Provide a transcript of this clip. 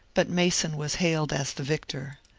but mason was hailed as the victor.